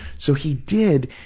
so, he did,